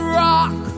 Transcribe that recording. rock